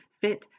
Fit